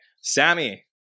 Sammy